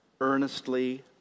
Earnestly